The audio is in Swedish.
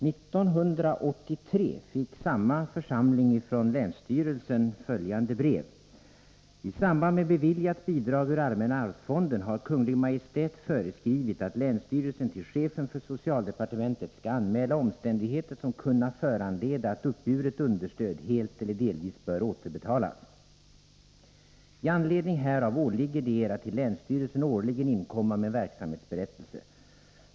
1983 fick samma församling från länsstyrelsen följande brev: ”I samband med beviljat bidrag ur allmänna arvsfonden har Kungl. Maj:t föreskrivit, att länsstyrelsen till chefen för socialdepartementet skall anmäla omständigheter, som kunna föranleda att uppburet understöd helt eller delvis bör återbetalas. 83 skydda skog mot försurning I anledning härav åligger det Er att till länsstyrelsen årligen inkomma med verksamhetsberättelse.